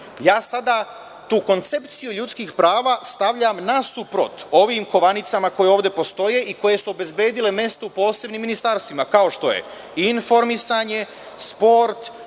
ja sada tu koncepciju ljudskih prava stavljam nasuprot ovim kovanicama koje ovde postoje i koje su obezbedile mesto u posebnim ministarstvima, kao što je informisanje, sport,